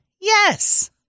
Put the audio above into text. Yes